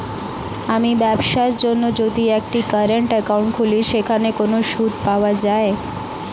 আমি ব্যবসার জন্য যদি একটি কারেন্ট একাউন্ট খুলি সেখানে কোনো সুদ পাওয়া যায়?